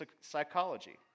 psychology